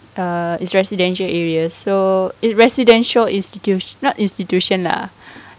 err it's residential areas so it residential institut~ not institution lah